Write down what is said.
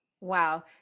Wow